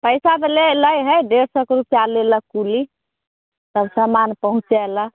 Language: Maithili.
पैसा तऽ ले लै है डेढ़ सए के रुपैआ लेलक कुली तब समान पहुँचेलक